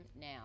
now